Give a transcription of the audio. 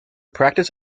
practice